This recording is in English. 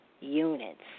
units